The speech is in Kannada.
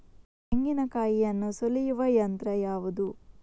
ತೆಂಗಿನಕಾಯಿಯನ್ನು ಸುಲಿಯುವ ಯಂತ್ರ ಯಾವುದು?